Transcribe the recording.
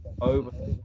over